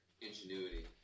ingenuity